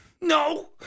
no